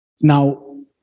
Now